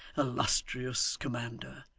illustrious commander.